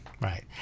Right